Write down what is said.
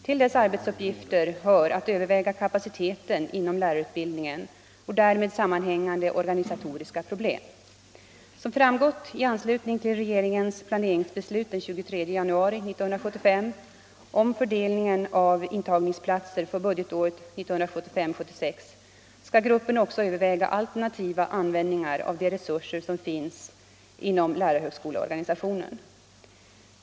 Till dess arbetsuppgifter hör att överväga kapaciteten inom lärarutbildningen och därmed sammanhängade organisatoriska problem. Som framgått i anslutning till regeringens planeringsbeslut den 23 januari 1975 om fördelningen av intagningsplatser för budgetåret 1975/76 skall gruppen också överväga alternativa användningar av de resurser som finns inom lärarhögskoleorganisationen.